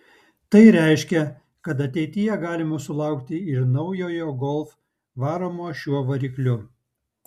tai reiškia kad ateityje galima sulaukti ir naujojo golf varomo šiuo varikliu